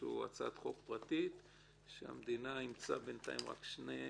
שהגישו הצעת חוק פרטית שהמדינה אימצה בינתיים רק שני-שלישים,